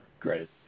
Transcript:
Great